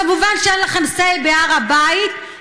כמובן שאין לכם say בהר הבית.